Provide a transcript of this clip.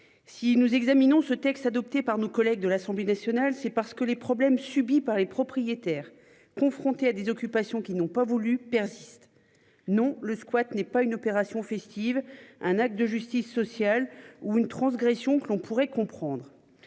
Si nous examinons ce texte adopté par nos collègues de l'Assemblée nationale, c'est parce que les problèmes subis par les propriétaires, confrontés à des occupations qui n'ont pas voulu persiste. Non le squat n'est pas une opération festive un acte de justice sociale ou une transgression qu'on pourrait comprendre